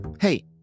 Hey